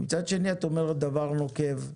מצד שני את אומרת דבר נוקב,